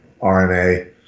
RNA